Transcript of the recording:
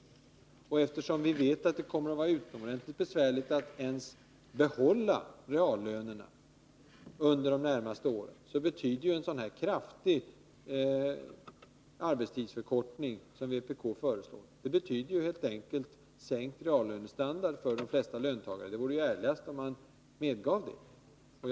Och eftersom vi vet att det kommer att vara utomordentligt besvärligt att ens behålla reallönerna under de närmaste åren, betyder en sådan kraftig arbetstidsförkortning som vpk föreslår helt enkelt en sänkning av reallönestandarden för de flesta löntagare. Det vore ärligast, om vpk medgav detta.